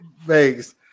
Thanks